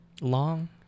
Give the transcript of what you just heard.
long